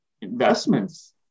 investments